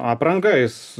apranga jis